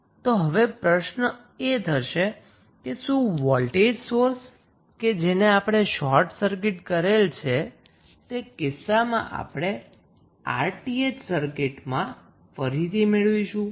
તો હવે પ્રશ્ન આપણને એ થશે કે શું વોલ્ટેજ સોર્સ કે જેને આપણે શોર્ટ સર્કિટ કરેલ છે તે કિસ્સામાં આપણે 𝑅𝑇ℎ સર્કિટમાં ફરીથી મેળવીશું